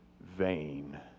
vain